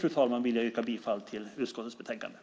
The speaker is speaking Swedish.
Med det yrkar jag på godkännande av utskottets anmälan i betänkandet.